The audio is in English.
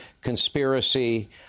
conspiracy